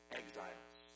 exiles